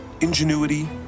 ingenuity